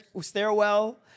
stairwell